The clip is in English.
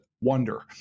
wonder